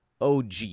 OG